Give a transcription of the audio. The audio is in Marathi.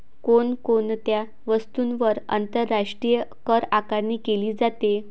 कोण कोणत्या वस्तूंवर आंतरराष्ट्रीय करआकारणी केली जाते?